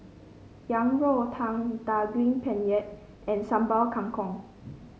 Yang Rou Tang Daging Penyet and Sambal Kangkong